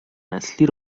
نسلی